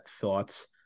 thoughts